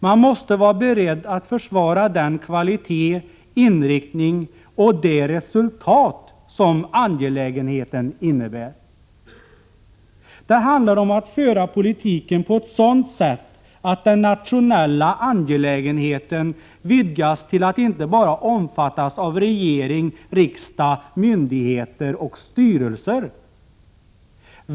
Man måste vara beredd att försvara den kvalitet, den inriktning och det resultat som angelägenheten innebär. Det handlar om att föra politiken på ett sådant sätt att den nationella angelägenheten vidgas till att inte bara omfattas av regering, riksdag, myndigheter och styrelser.